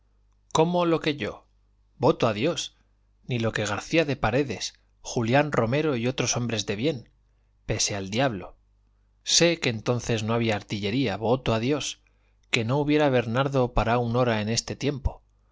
cómo lo que yo voto a dios ni lo que garcía de paredes julián romero y otros hombres de bien pese al diablo sé que entonces no había artillería voto a dios que no hubiera bernardo para un hora en este tiempo